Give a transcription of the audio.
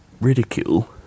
ridicule